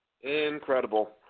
Incredible